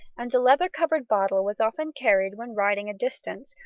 and a leather-covered bottle was often carried when riding a distance,